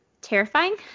terrifying